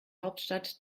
hauptstadt